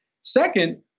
Second